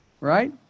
right